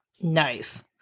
Nice